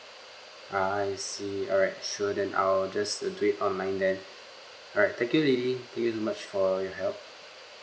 ah I see alright sure then I'll just do it online then alright thank you lily thank you so much for your help